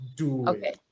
okay